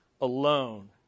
alone